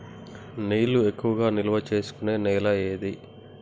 నీళ్లు ఎక్కువగా నిల్వ చేసుకునే నేల ఏది?